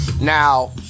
Now